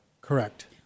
Correct